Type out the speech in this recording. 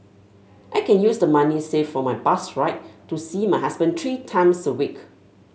I can use the money saved for my bus ride to see my husband three times a week